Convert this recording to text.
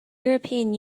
european